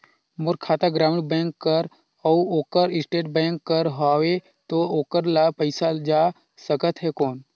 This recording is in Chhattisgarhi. मोर खाता ग्रामीण बैंक कर अउ ओकर स्टेट बैंक कर हावेय तो ओकर ला पइसा जा सकत हे कौन?